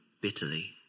bitterly